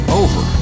over